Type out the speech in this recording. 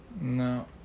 No